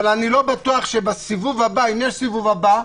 אבל אני לא בטוח שבסיבוב הבא, אם יהיה הסיבוב הבא,